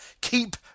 Keep